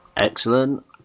Excellent